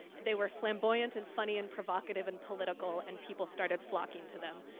they were flamboyant and funny and provocative and political and people started flocking to them.